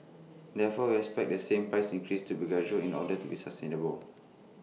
therefore we expect the price increase to be gradual in order to be sustainable